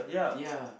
ya